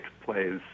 plays